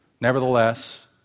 Nevertheless